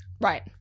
Right